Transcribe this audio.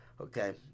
okay